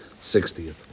sixtieth